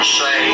say